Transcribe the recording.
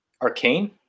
arcane